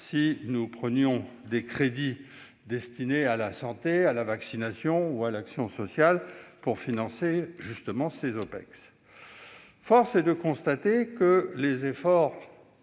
si l'on prélevait des crédits destinés à la santé, à la vaccination ou à l'action sociale pour financer ces OPEX ? Force est de constater que les efforts